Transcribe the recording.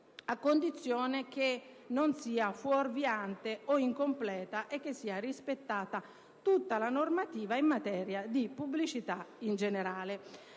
a condizione che la pubblicità non sia fuorviante o incompleta e che sia rispettata tutta la normativa in materia di pubblicità in generale».